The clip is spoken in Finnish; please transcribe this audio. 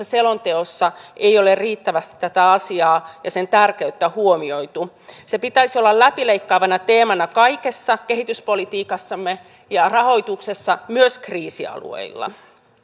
selonteossa ei ole riittävästi tätä asiaa ja sen tärkeyttä huomioitu sen pitäisi olla läpileikkaavana teemana kaikessa kehityspolitiikassamme ja rahoituksessa myös kriisialueilla